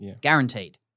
Guaranteed